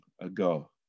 ago